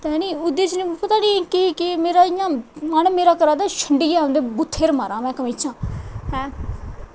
ते ओह्दै च ना पता नेईं केह् केह् मेरा इ'यां मन मेरा करा दा शंडियै उं'दे बूत्थे पर मारां कमीचां